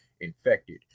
infected